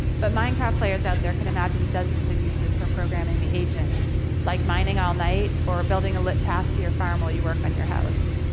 but minecraft players out there can imagine dozens of uses for programming the agent like mining all night or building a lit path to your farm while you work on your house.